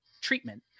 treatment